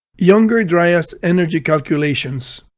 younger dryas energy calculations.